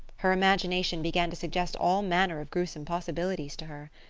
her imagination began to suggest all manner of gruesome possibilities to her.